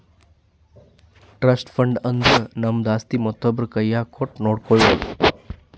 trust fund ಅಂದುರ್ ನಮ್ದು ಆಸ್ತಿ ಮತ್ತೊಬ್ರು ಕೈನಾಗ್ ಕೊಟ್ಟು ನೋಡ್ಕೊಳೋದು